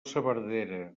saverdera